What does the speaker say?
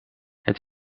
het